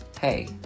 hey